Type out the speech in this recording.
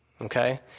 Okay